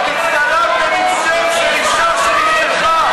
ההצעה להעביר את הנושא לוועדה לא נתקבלה.